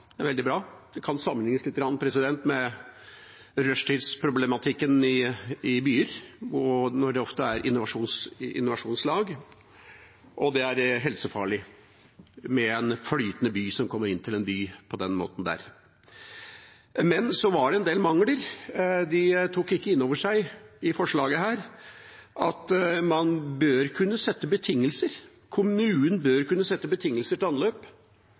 Det kan sammenlignes litt med rushtidsproblematikken i byer, der det ofte er inversjonslag, og det er helsefarlig med en flytende by som kommer inn til en by på den måten. Men så var det en del mangler. De tok ikke inn over seg i dette forslaget at kommunen bør kunne sette betingelser til anløp, også utenfor de prekære situasjonene, for i sum er det klart at det blir en masse utslipp fra disse skipene som kommer inn til